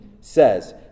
says